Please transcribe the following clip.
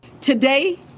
Today